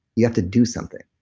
you have to do something,